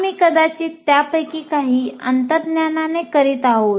आम्ही कदाचित त्यापैकी काही अंतर्ज्ञानाने करीत आहोत